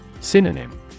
Synonym